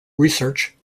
research